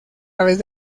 aves